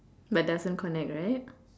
but doesn't connect right